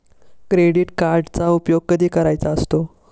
Credit कार्डचा उपयोग कधी करायचा असतो?